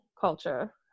culture